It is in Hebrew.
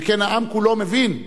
שכן העם כולו מבין,